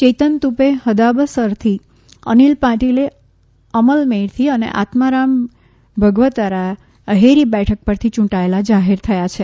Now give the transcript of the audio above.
ચેતન તુપે હૃદાબસરથી અનિલ પાટીલએ અમલમેરથી અને આત્મા રામ ભગવતરા અહેરી બેઠક પરથી યૂંટાયેલા જાહેર થયા છે